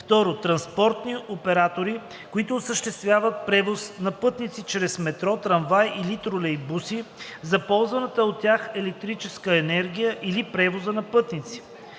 2. транспортни оператори, които осъществяват превоз на пътници чрез метро, трамвай или тролейбуси, за ползваната от тях електрическа енергия при превоза на пътници.